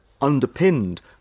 underpinned